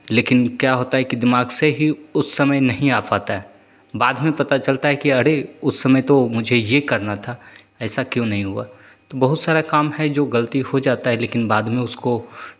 लेकिन क्या होता है कि दिमाग से ही उस समय नहीं आ पाता है बाद में पता चलता है कि अरे उस समय तो मुझे ये करना था ऐसा क्यों नहीं हुआ बहुत सारा काम है जो गलती हो जाता है लेकिन बाद में उसको